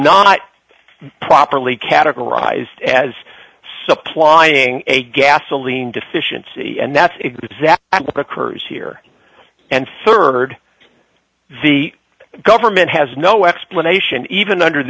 not properly categorized as supplying a gasoline deficiency and that's exactly what occurs here and rd the government has no explanation even under